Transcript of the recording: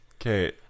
Okay